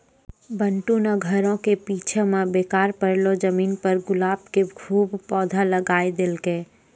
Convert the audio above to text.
बंटू नॅ घरो के पीछूं मॅ बेकार पड़लो जमीन पर गुलाब के खूब पौधा लगाय देलकै